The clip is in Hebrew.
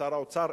שר האוצר,